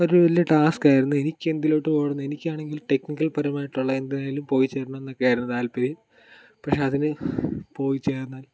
അതൊരു വലിയ ടാസ്ക് ആയിരുന്നു എനിക്ക് എന്തിലോട്ട് പോകണം എന്ന് എനിക്ക് ആണെങ്കിൽ ടെക്നിക്കൽ പരമായിട്ടൂള്ള എന്തിനെങ്കിലും പോയി ചേരണം എന്നൊക്കെയായിരുന്നു താല്പര്യം പക്ഷേ അതിന് പോയി ചേർന്നാൽ